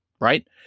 Right